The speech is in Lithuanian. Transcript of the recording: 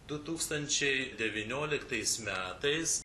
du tūkstančiai devynioliktais metais